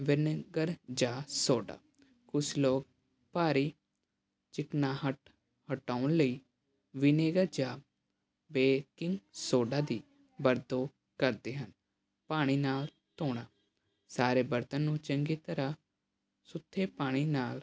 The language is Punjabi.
ਵਨਿਗਰ ਜਾਂ ਸੋਡਾ ਕੁਛ ਲੋਗ ਭਾਰੀ ਚਿਕਨਾਹਟ ਹਟਾਉਣ ਲਈ ਵਨਿਗਰ ਜਾਂ ਬੇਕਿੰਗ ਸੋਡਾ ਦੀ ਵਰਤੋਂ ਕਰਦੇ ਹਨ ਪਾਣੀ ਨਾਲ ਧੋਣਾ ਸਾਰੇ ਬਰਤਨ ਨੂੰ ਚੰਗੇ ਤਰ੍ਹਾਂ ਸੁੱਥੇ ਪਾਣੀ ਨਾਲ